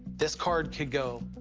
this card could go